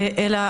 אלא